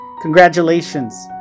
Congratulations